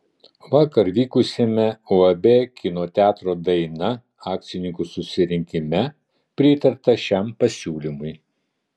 vakar vykusiame uab kino teatro daina akcininkų susirinkime pritarta šiam pasiūlymui